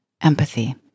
empathy